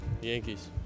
Yankees